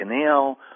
Canal